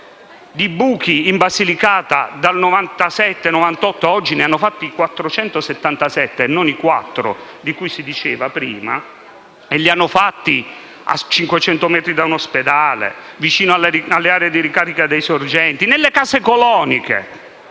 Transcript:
di buchi, in Basilicata, dal 1997 a oggi, ne hanno fatti 447, e non i 4 di cui si diceva prima, e li hanno fatti a 500 metri da un ospedale, vicini alle aree di ricarica delle sorgenti, nelle case coloniche